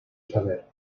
saber